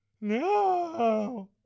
no